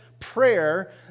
prayer